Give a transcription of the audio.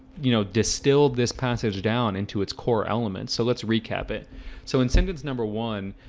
you know distilled this passage down into its core elements. so let's recap it so in sentence number one,